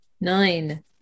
nine